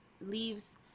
leaves